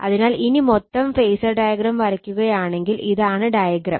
അതിനാൽ ഇനി മൊത്തം ഫേസർ ഡയഗ്രം വരക്കുകയാണെങ്കിൽ ഇതാണ് ഡയഗ്രം